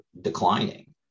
declining